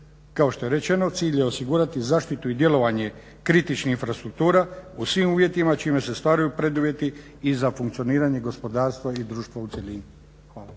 Kao što je rečeno, cilj je osigurati zaštitu i djelovanje kritičnih infrastruktura u svim uvjetima čime se ostvaruju preduvjeti i za funkcioniranje gospodarstva i društva u cjelini. Hvala.